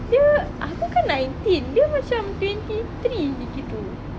dia aku kan nineteen dia twenty three gitu